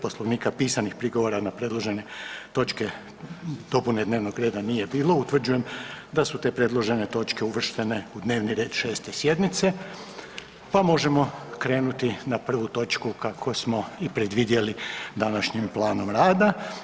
Poslovnika pisanih prigovora na predložene točke dopune dnevnog reda nije bilo, utvrđujem da su te predložene točke uvrštene u dnevni red 6. sjednice pa možemo krenuti na prvu točku kako smo i predvidjeli današnjim planom rada.